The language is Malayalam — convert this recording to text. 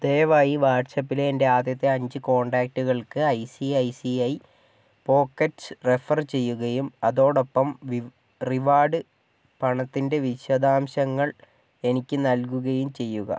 ദയവായി വാട്ട്സ്ആപ്പിലെ എൻ്റെ ആദ്യത്തെ അഞ്ച് കോൺടാക്റ്റുകൾക്ക് I C I C I Pockets refer ചെയ്യുകയും അതോടൊപ്പം വി റിവാർഡ് പണത്തിൻ്റെ വിശദാംശങ്ങൾ എനിക്ക് നൽകുകയും ചെയ്യുക